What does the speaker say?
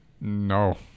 No